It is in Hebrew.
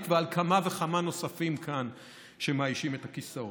ועל כמה וכמה נוספים שמאיישים כאן את הכיסאות,